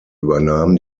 übernahm